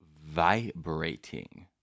vibrating